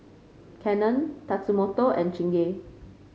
Canon Tatsumoto and Chingay